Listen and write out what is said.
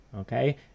Okay